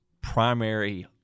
primary